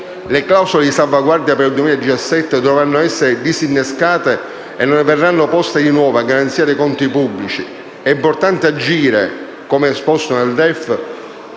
Le clausole di salvaguardia per il 2017 dovranno essere disinnescate e non ne verranno poste di nuove a garanzia dei conti pubblici. È importante agire, come esposto nel DEF,